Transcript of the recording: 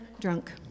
drunk